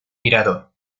mirador